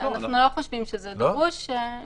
וזה דבר מרכזי,